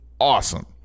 awesome